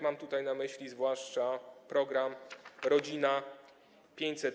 Mam tutaj na myśli zwłaszcza program „Rodzina 500+”